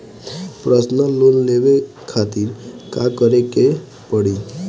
Personal loan लेवे खातिर का करे के पड़ी?